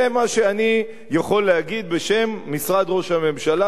זה מה שאני יכול להגיד בשם משרד ראש הממשלה,